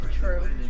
True